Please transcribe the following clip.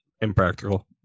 impractical